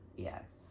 Yes